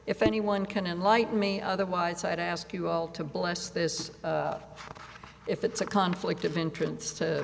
if anyone can enlighten me otherwise i'd ask you all to bless this if it's a conflict of interests to